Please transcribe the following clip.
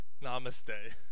Namaste